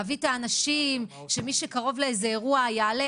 להביא את האנשים שמי שקרוב לאיזה אירוע יעלה